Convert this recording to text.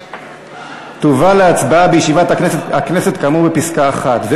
תובא להצבעה בישיבת הכנסת כאמור בפסקה (1(,